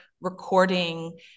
recording